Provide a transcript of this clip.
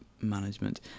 management